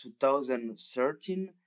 2013